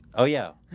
oh yeah,